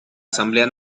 asamblea